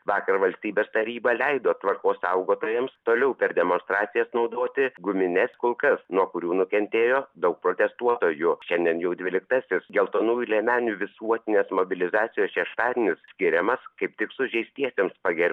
vakar valstybės taryba leido tvarkos saugotojams toliau per demonstracijas naudoti gumines kulkas nuo kurių nukentėjo daug protestuotojų šiandien jau dvyliktasis geltonųjų liemenių visuotinės mobilizacijos šeštadienis skiriamas kaip tik sužeistiesiems pagerbti